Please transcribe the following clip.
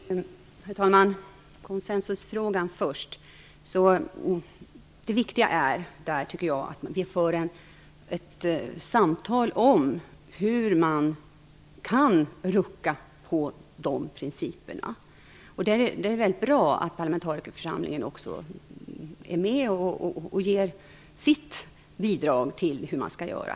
Herr talman! När det gäller konsensusfrågan är det viktiga, tycker jag, att vi för ett samtal om hur man kan rucka på principerna. Det är bra att parlamentarikerförsamlingen är med och ger sitt bidrag till hur man skall göra.